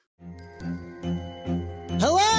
Hello